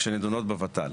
שנידונות בות"ל.